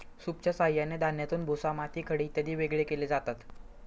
सूपच्या साहाय्याने धान्यातून भुसा, माती, खडे इत्यादी वेगळे केले जातात